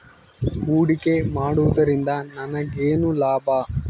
ಹೂಡಿಕೆ ಮಾಡುವುದರಿಂದ ನನಗೇನು ಲಾಭ?